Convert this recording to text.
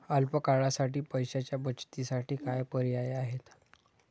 अल्प काळासाठी पैशाच्या बचतीसाठी काय पर्याय आहेत?